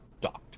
docked